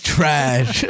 Trash